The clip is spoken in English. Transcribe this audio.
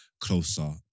closer